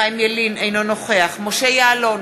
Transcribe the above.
אינו נוכח משה יעלון,